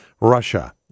Russia